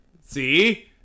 See